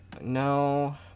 No